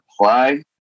apply